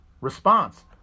response